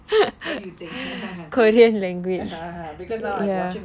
what do you think because now I'm watching a